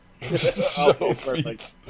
Perfect